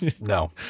No